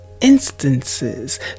instances